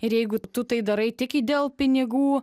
ir jeigu tu tai darai tik į dėl pinigų